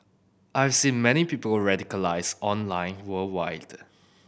I've seen many people radicalised online worldwide